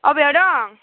अबेयाव दं